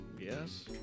Yes